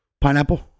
Pineapple